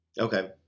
Okay